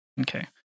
Okay